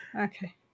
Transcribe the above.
Okay